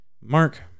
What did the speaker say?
Mark